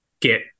get